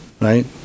Right